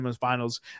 finals